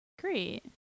Great